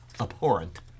abhorrent